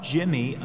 Jimmy